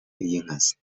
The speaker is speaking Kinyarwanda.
y’inkazi